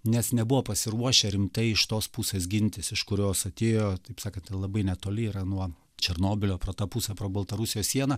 nes nebuvo pasiruošę rimtai iš tos pusės gintis iš kurios atėjo taip sakant labai netoli yra nuo černobylio pro tą pusę pro baltarusijos sieną